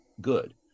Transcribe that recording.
good